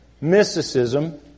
mysticism